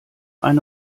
eine